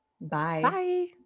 Bye